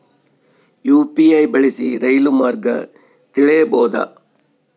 UPI ಬಳಸಿ ರೈಲು ಮಾರ್ಗ ತಿಳೇಬೋದ?